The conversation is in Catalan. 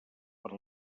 per